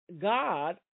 god